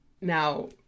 now